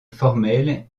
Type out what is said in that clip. formel